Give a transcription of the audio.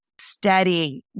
steady